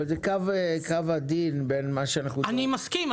אבל זה קו עדין בין מה שאנחנו --- אני מסכים.